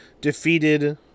defeated